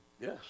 yes